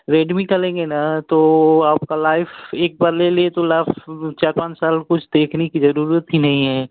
Redmi का लेंगे न तो आपका लाइफ एक बार ले लिए तो लाइफ चार पाँच साल कुछ देखने की ज़रूरत ही नही है